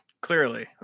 clearly